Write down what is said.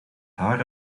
haar